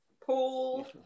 Paul